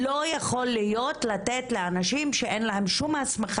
לא יכול להיות לתת לאנשים שאין להם שום הסכמה